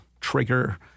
trigger